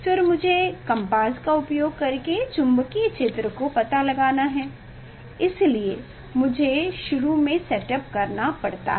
फिर मुझे कम्पास का उपयोग करके चुंबकीय क्षेत्र का पता लगाना है इसलिए मुझे शुरू में सेटअप करना पड़ता है